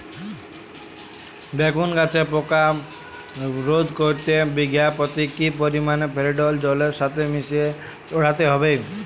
বেগুন গাছে পোকা রোধ করতে বিঘা পতি কি পরিমাণে ফেরিডোল জলের সাথে মিশিয়ে ছড়াতে হবে?